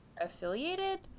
affiliated